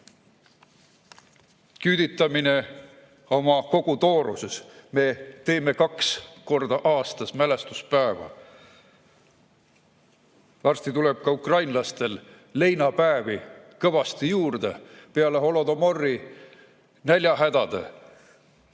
Küüditamine kogu oma tooruses. Me teeme kaks korda aastas mälestuspäeva. Varsti tuleb ka ukrainlastel leinapäevi kõvasti juurde peale holodomori näljahädade,